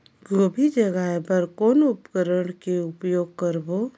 गोभी जगाय बर कौन उपकरण के उपयोग करबो?